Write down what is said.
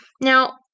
Now